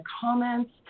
comments